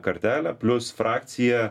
kartelę plius frakcija